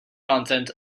content